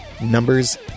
numbers